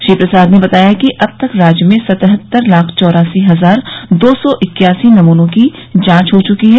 श्री प्रसाद ने बताया कि अब तक राज्य में सतहत्तर लाख चौरासी हजार दो सौ इक्यासी नमूनों की जांच हो चुकी है